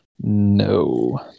No